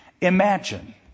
Imagine